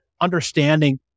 understanding